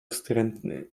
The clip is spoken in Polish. wstrętny